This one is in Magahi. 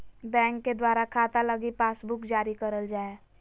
बैंक के द्वारा खाता लगी पासबुक जारी करल जा हय